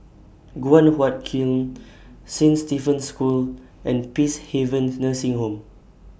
Guan Huat Kiln Saint Stephen's School and Peacehaven Nursing Home